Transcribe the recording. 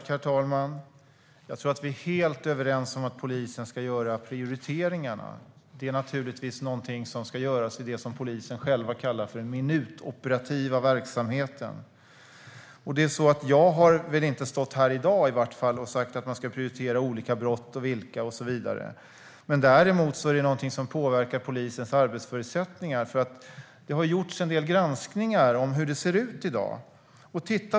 Herr talman! Jag tror att vi är helt överens om att polisen ska göra prioriteringarna. De ska naturligtvis göras i det som polisen själv kallar den minutoperativa verksamheten. Jag har väl inte stått här i dag och sagt vilka brott man ska prioritera. Däremot är prioriteringarna något som påverkar polisens arbetsförutsättningar. Det har ju gjorts en del granskningar av hur det ser ut i dag.